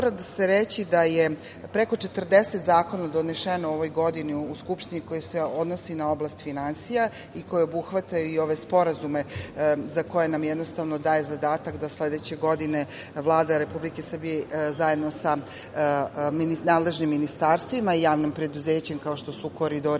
se reći da je preko 40 zakona doneseno u ovoj godini u Skupštini koji se odnose na oblast finansija i koji obuhvataju ove sporazume, koji nam daju zadatak da sledeće godine Vlada Republike Srbije, zajedno sa nadležnim ministarstvima i javnim preduzećima, kao što su Koridori